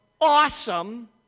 awesome